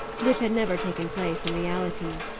which had never taken place in reality.